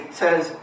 says